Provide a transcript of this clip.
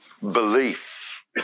belief